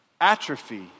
atrophy